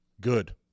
Good